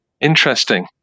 Interesting